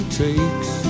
takes